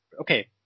Okay